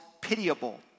pitiable